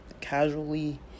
casually